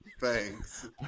thanks